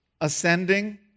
ascending